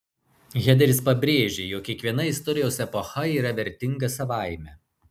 hederis pabrėžė jog kiekviena istorijos epocha yra vertinga savaime